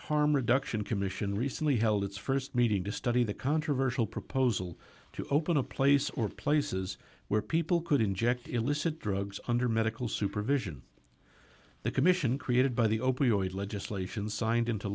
harm reduction commission recently held its st meeting to study the controversial proposal to open a place or places where people could inject illicit drugs under medical supervision the commission created by the opioid legislation signed into